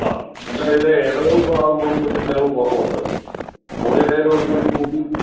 ആ എന്നാൽ ഇതിൽ ഇട ദിവസം ആകുമ്പോൾ പിന്നെ ചിലവ് കുറവ് ഉണ്ട് ഹോളിഡേ ദിവസം കൂട്ടീട്ട്